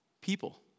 People